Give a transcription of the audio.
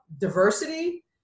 diversity